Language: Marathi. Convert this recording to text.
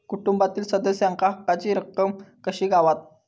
कुटुंबातील सदस्यांका हक्काची रक्कम कशी गावात?